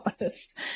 honest